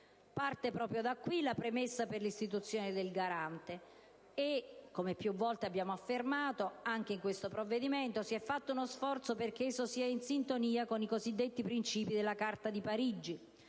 Parte proprio da qui la premessa per l'istituzione del Garante e, come più volte abbiamo affermato, si è compiuto uno sforzo perché esso sia in sintonia con i principi della Carta di Parigi: